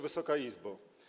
Wysoka Izbo!